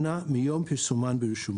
שנה מיום פרסומן ברשומות.